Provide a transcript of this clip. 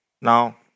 Now